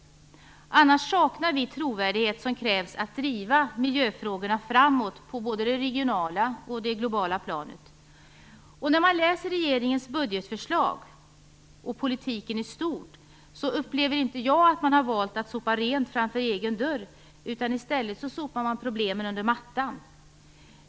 Annars saknar vi den trovärdighet som krävs för att driva miljöfrågorna framåt på både det regionala och det globala planet. När man läser regeringens budgetförslag och tar del av politiken i stort får man inte intrycket att regeringen har valt att sopa rent framför egen dörr. I stället sopar regeringen problemen under mattan.